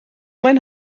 mein